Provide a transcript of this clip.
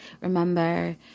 Remember